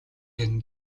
ирнэ